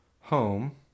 home